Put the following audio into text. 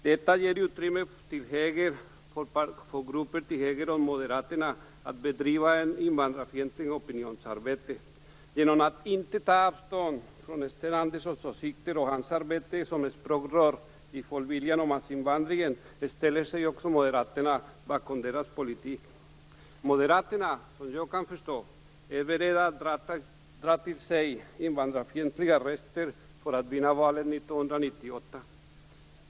Detta ger utrymme för grupper till höger om Moderaterna att bedriva ett invandrarfientligt opinionsarbete. Genom att inte ta avstånd från Sten Anderssons åsikter och från hans arbete som språkrör för Folkviljan och massinvandringen ställer sig också Moderaterna bakom organisationens politik. Såvitt jag förstår är Moderaterna beredda att dra till sig invandrarfientliga röster för att vinna valet 1998.